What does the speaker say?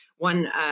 One